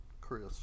Chris